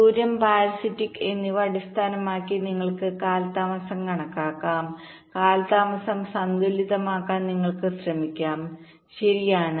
ദൂരം പാരസിറ്റിക്സ് എന്നിവ അടിസ്ഥാനമാക്കി ഞങ്ങൾക്ക് കാലതാമസം കണക്കാക്കാം കാലതാമസം സന്തുലിതമാക്കാൻ നിങ്ങൾക്ക് ശ്രമിക്കാം ശരിയാണ്